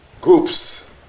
groups